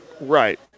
Right